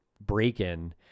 break-in